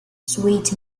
sweet